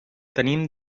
tenim